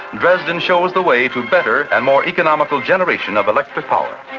dresden shows the way to better and more economical generation of electric power.